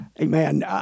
Amen